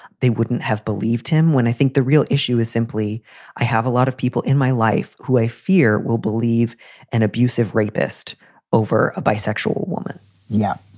they wouldn't have believed him. when i think the real issue is simply i have a lot of people in my life who they fear will believe an abusive rapist over a bisexual woman yeah.